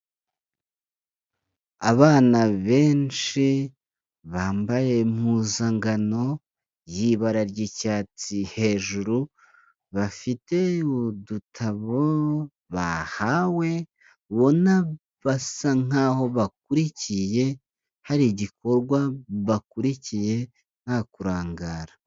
Abana benshi bambaye impuzankano y'ibara ry'icyatsi hejuru, bafite udutabo bahawe babona basa nk'aho bakurikiye hari igikorwa bakurikiye nta kurangara.